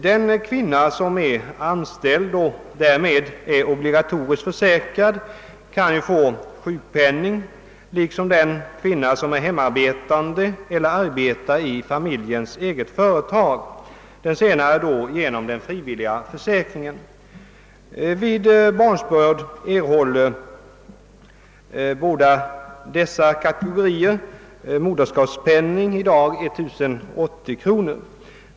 Den kvinna som är anställd och därmed obligatoriskt försäkrad kan få sjukpenning liksom den kvinna som är hemarbetande eller arbetar i familjens eget företag — den senare genom den frivilliga försäkringen. Vid barnsbörd erhåller båda dessa kategorier moderskapspenning, i dag 1080 kronor.